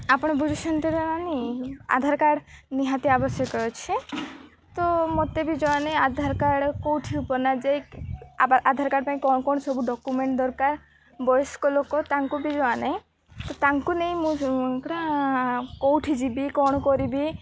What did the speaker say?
ଆପଣ ବୁଝୁଛନ୍ତି ନା ନାହିଁ ଆଧାର କାର୍ଡ଼୍ ନିହାତି ଆବଶ୍ୟକ ଅଛି ତ ମୋତେ ବି ଜଣାନାହିଁ ଆଧାର କାର୍ଡ଼୍ କେଉଁଠି ବନାଯାଏ ଆଧାର କାର୍ଡ଼୍ ପାଇଁ କ'ଣ କ'ଣ ସବୁ ଡକୁମେଣ୍ଟ୍ ଦରକାର ବୟସ୍କ ଲୋକ ତାଙ୍କୁ ବି ଜଣାନାହିଁ ତ ତାଙ୍କୁ ନେଇ ମୁଁ ପୁରା କେଉଁଠି ଯିବି କ'ଣ କରିବି